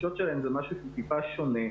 החופשות שלהם זה משהו שהוא טיפה שונה,